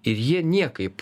ir jie niekaip